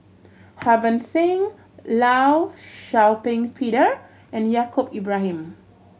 Harbans Singh Law Shau Ping Peter and Yaacob Ibrahim